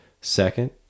Second